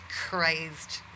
crazed